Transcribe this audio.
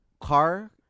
car